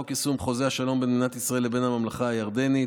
44. חוק יישום חוזה השלום בין מדינת ישראל לבין הממלכה הירדנית,